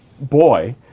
boy